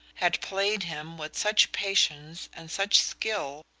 had played him with such patience and such skill,